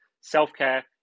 Self-care